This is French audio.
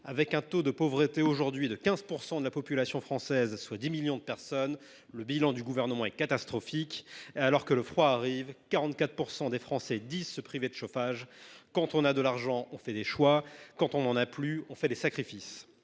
Avec un taux de pauvreté de la population française de 15 %, soit 10 millions de personnes, le bilan du Gouvernement est catastrophique. Qui plus est, alors que le froid arrive, 44 % des Français disent se priver de chauffage. Quand on a de l’argent, on fait des choix ; quand on n’en a plus, on fait des sacrifices.